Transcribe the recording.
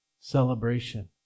celebration